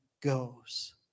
goes